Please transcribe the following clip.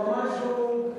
הוא אמר שהוא,